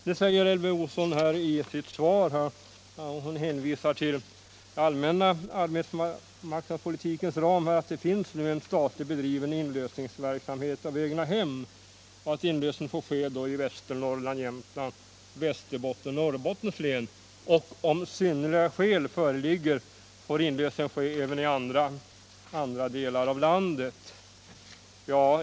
I svaret hänvisar Elvy Olsson till att det inom arbetsmarknadspolitikens ram finns en statligt bedriven inlösningsverksamhet av egnahem. Inlösen får ske i Västernorrlands, Jämtlands, Västerbottens och Norrbottens län. ”Om synnerliga skäl föreligger, får inlösen ske även i andra delar av landet”, hette det vidare i svaret.